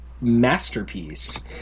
masterpiece